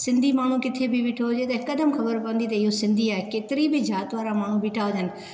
सिंधी माण्हू किथे बि बीठो हुजे त हिकु दमु ख़बर पवंदी त इहो सिंधी आहे केतरी बि जात वारा माण्हू बीठा हुजनि